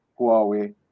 Huawei